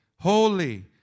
holy